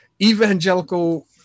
evangelical